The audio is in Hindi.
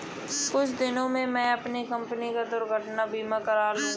कुछ दिनों में मैं अपनी कंपनी का दुर्घटना बीमा करा लूंगा